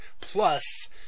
plus